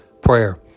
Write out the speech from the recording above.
Prayer